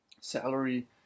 salary